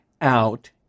out